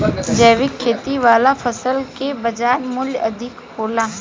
जैविक खेती वाला फसल के बाजार मूल्य अधिक होला